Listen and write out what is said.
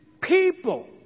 people